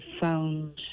found